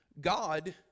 God